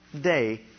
day